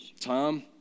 Tom